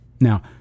Now